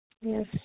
Yes